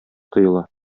тоела